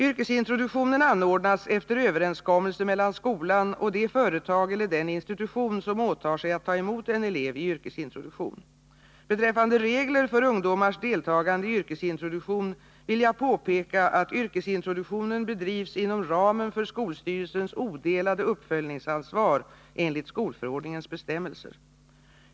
Yrkesintroduktionen anordnas efter överenskommelse mellan skolan och det företag eller den institution som åtar sig att ta emot en elev i yrkesintroduktion. Beträffande regler för ungdomars deltagande i yrkesintroduktion vill jag påpeka att yrkesintroduktionen bedrivs inom ramen för skolstyrelsens odelade uppföljningsansvar enligt skolförordningens bestämmelser.